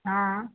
हँ